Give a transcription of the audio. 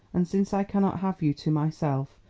and since i cannot have you to myself,